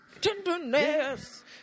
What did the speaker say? Tenderness